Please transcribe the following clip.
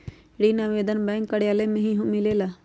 ऋण आवेदन बैंक कार्यालय मे ही मिलेला?